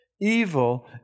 Evil